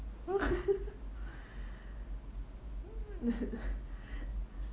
no